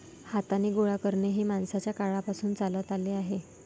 हाताने गोळा करणे हे माणसाच्या काळापासून चालत आले आहे